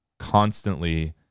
constantly